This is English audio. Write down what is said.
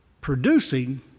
producing